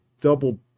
double